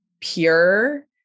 pure